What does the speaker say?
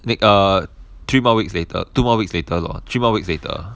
they uh three more weeks later two more weeks later lor three more weeks later